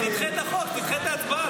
תדחה את החוק, תדחה את ההצבעה.